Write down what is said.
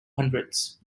hundreds